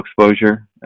exposure